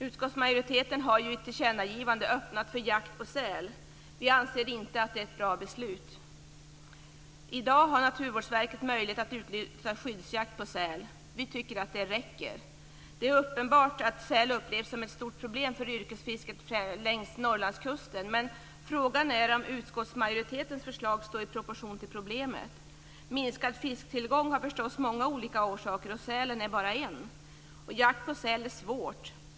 Utskottsmajoriteten har ju i ett tillkännagivande öppnat för jakt på säl. Vi anser inte att det är ett bra beslut. I dag har Naturvårdsverket möjlighet att utlysa skyddsjakt på säl. Vi tycker att det räcker. Det är uppenbart att säl upplevs som ett stort problem för yrkesfisket främst längs Norrlandskusten, men frågan är om utskottsmajoritetens förslag står i proportion till problemet. Minskad fisktillgång har förstås många olika orsaker, och sälen är bara en. Jakt på säl är svårt.